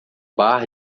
bar